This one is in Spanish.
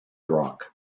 rock